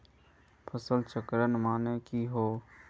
फसल चक्रण माने की होय?